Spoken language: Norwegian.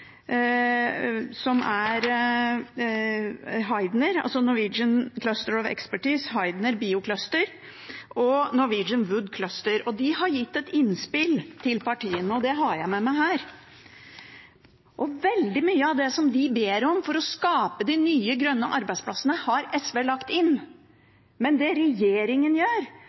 of Expertise Heidner Biocluster og Norwegian Wood Cluster. De har gitt et innspill til partiene, og det har jeg med meg her. Veldig mye av det de ber om for å skape de nye, grønne arbeidsplassene, har SV lagt inn i sitt budsjett, men det regjeringen og flertallet her gjør,